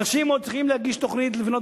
אנשים עדיין צריכים להגיש תוכנית לבנות